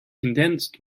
condensed